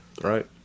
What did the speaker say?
right